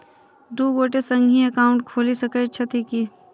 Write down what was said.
दु गोटे संगहि एकाउन्ट खोलि सकैत छथि की?